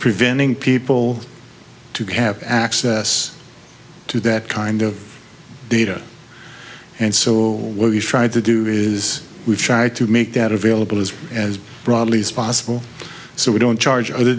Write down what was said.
preventing people to have access to that kind of data and so what he's tried to do is we try to make that available as as broadly as possible so we don't charge other